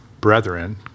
Brethren